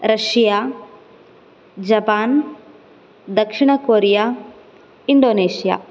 Russia Japan दक्षिण Korea Indonesia